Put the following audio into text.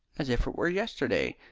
as if it were yesterday,